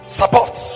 support